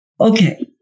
Okay